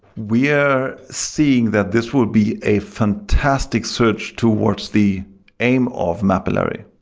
we're seeing that this would be a fantastic search towards the aim of mapillary.